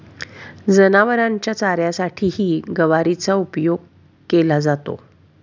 जनावरांच्या चाऱ्यासाठीही गवारीचा उपयोग केला जातो